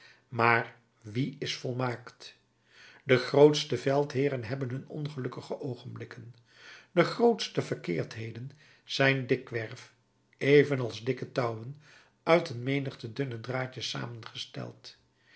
maar wie is volmaakt de grootste veldheeren hebben hun ongelukkige oogenblikken de grootste verkeerdheden zijn dikwerf evenals dikke touwen uit een menigte dunne draadjes samengesteld